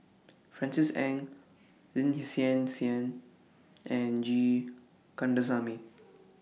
Francis Ng Lin Hsin Hsin and G Kandasamy